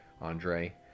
Andre